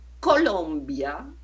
Colombia